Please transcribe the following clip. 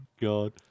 God